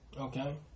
Okay